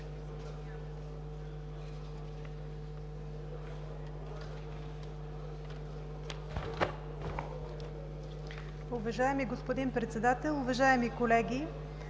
Уважаеми господин Председател, уважаеми колеги!